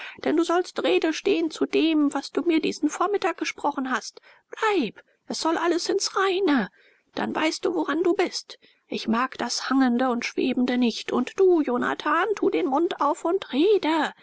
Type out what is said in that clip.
denn du sollst rede stehen zu dem was du mir diesen vormittag gesprochen hast bleib es soll alles ins reine dann weißt du woran du bist ich mag das hangende und schwebende nicht und du jonathan tu den mund auf und rede